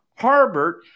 Harbert